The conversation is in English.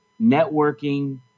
networking